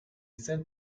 sent